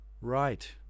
Right